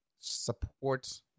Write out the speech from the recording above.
Support